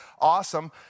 awesome